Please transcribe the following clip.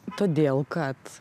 todėl kad